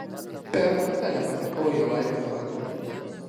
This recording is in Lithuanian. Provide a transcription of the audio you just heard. per fuksą nepatekau į avariją savaitgalį